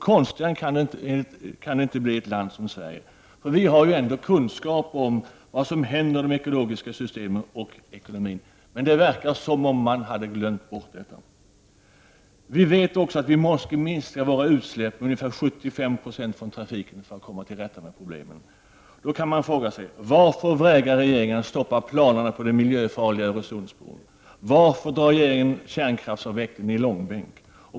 Konstigare än så kan det inte bli i ett land som Sverige, eftersom vi ändå har kunskaper om vad som händer med de ekologiska systemen och med ekonomin. Det verkar som om man hade glömt bort detta. Vi vet att vi måste minska trafikens utsläpp med ungefär 75 90 för att komma till rätta med problemen. Då kan man fråga sig: Varför vägrar regeringen att stoppa planerna på den miljöfarliga Öresundsbron? Varför drar regeringen kärnkraftsavvecklingen i långbänk?